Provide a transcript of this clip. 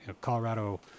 Colorado